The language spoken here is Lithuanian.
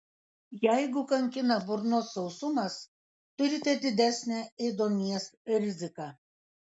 jeigu kankina burnos sausumas turite didesnę ėduonies riziką